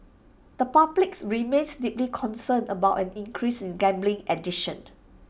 the public's remains deeply concerned about an increase in gambling addiction